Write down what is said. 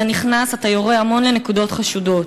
אתה נכנס, אתה יורה המון לנקודות חשודות.